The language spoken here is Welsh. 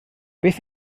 beth